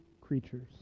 creatures